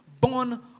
born